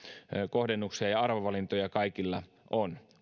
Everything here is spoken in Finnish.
kohdennuksia ja arvovalintoja kaikilla on